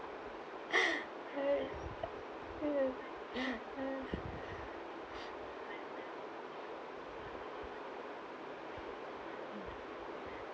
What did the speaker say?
yeah